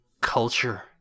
culture